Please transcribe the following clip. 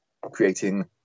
creating